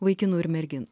vaikinų ir merginų